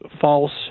false